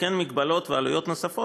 וכן מגבלות ועלויות נוספות,